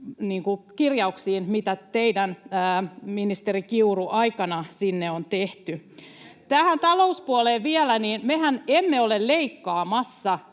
kirjauksiin, mitä teidän, ministeri Kiuru, aikana sinne on tehty. Tähän talouspuoleen vielä. Mehän emme ole leikkaamassa